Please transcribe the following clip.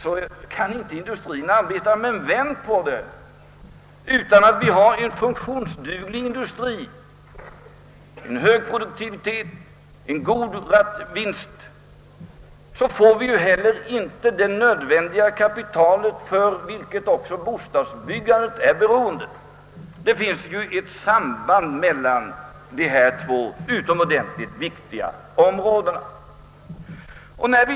Men vem kan få några bostäder om det inte finns en funktionsduglig industri? Utan en hög produktivitet och goda vinstmarginaler hos industrien får vi inte heller det nödvändiga kapital varav också bostadsbyggandet är beroende. Det finns ett samband mellan dessa två utomordentligt viktiga områden.